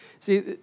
See